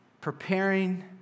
preparing